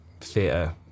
theatre